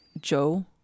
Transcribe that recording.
Joe